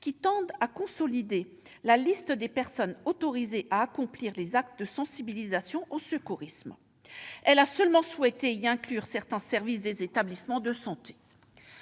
qui tendent à consolider la liste des personnes autorisées à accomplir les actes de sensibilisation au secourisme. Elle a seulement souhaité y inclure certains services des établissements de santé.